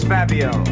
Fabio